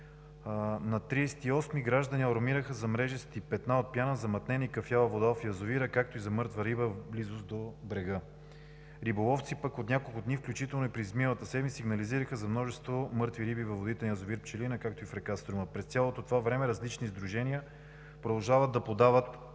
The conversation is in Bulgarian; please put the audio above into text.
август граждани алармираха за мрежести петна от пяна, за замътнена и кафява вода в язовира, както и за мъртва риба в близост до брега. Риболовци пък от няколко дни, включително и през изминалата седмица, сигнализираха за множество мъртви риби във водите на язовир „Пчелина“, както и в река Струма. През цялото това време различни сдружения продължават да подават